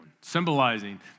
symbolizing